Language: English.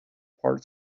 part